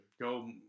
go